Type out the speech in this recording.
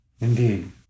Indeed